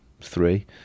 three